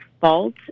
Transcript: fault